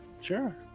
Sure